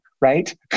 right